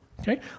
okay